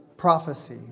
Prophecy